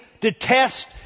detest